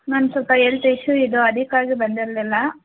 ma'am ಸ್ವಲ್ಪ health issue ಇದ್ದೋ ಅದಕ್ಕಾಗಿ ಬಂದಿರಲಿಲ್ಲ